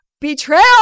betrayal